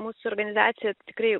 mūsų organizacija tikrai